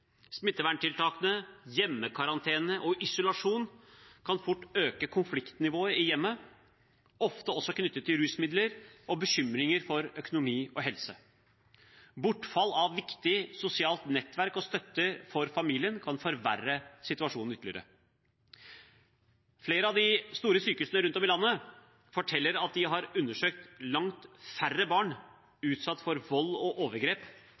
Smitteverntiltakene, hjemmekarantene og isolasjon kan fort øke konfliktnivået i hjemmet, ofte også knyttet til rusmidler og bekymringer for økonomi og helse. Bortfall av viktig sosialt nettverk og støtte for familien kan forverre situasjonen ytterligere. Flere av de store sykehusene rundt om i landet forteller at de har undersøkt langt færre barn utsatt for vold og overgrep